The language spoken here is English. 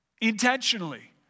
intentionally